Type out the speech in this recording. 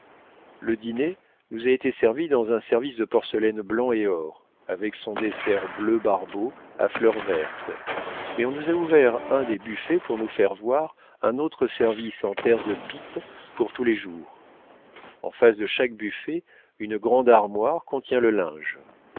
le dîner nous a été servi dans un service de porcelaine blanc et or avec son dessert bleu barbeau à fleurs vertes mais on nous a ouvert un des buffets pour nous faire voir un autre service en terre de pipe pour tous les jours en face de chaque buffet une grande armoire contient le linge